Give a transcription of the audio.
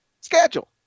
schedule